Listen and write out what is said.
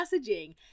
messaging